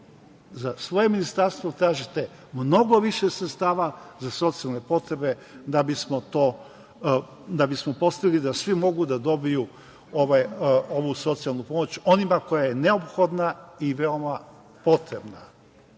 za svoje ministarstvo tražite mnogo više sredstava za socijalne potrebe da bismo postigli da svi mogu da dobiju ovu socijalnu pomoć, onima kojima je neophodna i veoma potrebna. Želim